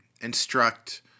instruct